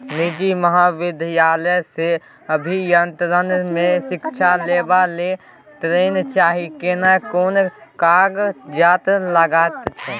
निजी महाविद्यालय से अभियंत्रण मे शिक्षा लेबा ले ऋण चाही केना कोन कागजात लागतै?